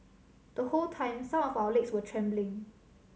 the whole time some of our legs were trembling